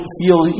feel